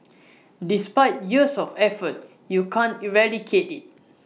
despite years of effort you can't eradicate IT